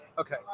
Okay